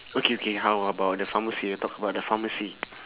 okay okay how about the pharmacy we talk about the pharmacy